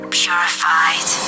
purified